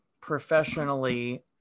professionally